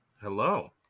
Hello